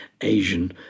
Asian